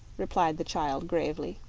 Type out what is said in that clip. replied the child, gravely.